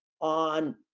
on